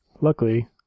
Luckily